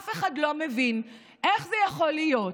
אף אחד לא מבין איך זה יכול להיות,